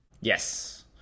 yes